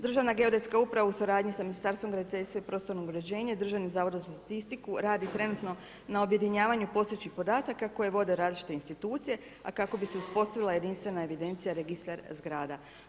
Državan geodetska uprava u suradnji sa Ministarstvom graditeljstva i prostornog uređenja i Državnim zavodom za statistiku, radi trenutno na objedinjavanju postojećih podataka koje vode različite institucije, a kako bi se uspostavila jedinstvena evidencija Registar zgrada.